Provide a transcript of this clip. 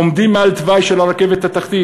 עומדים מעל לתוואי של הרכבת התחתית